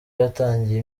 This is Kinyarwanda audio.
yatangiye